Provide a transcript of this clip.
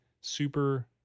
super